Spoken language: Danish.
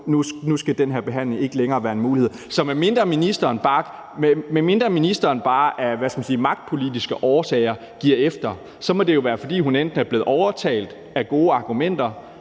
nu skal den her behandling ikke længere være en mulighed. Så medmindre ministeren bare af – hvad skal man sige – magtpolitiske årsager giver efter, må det jo være, fordi hun enten er blevet overtalt af gode argumenter,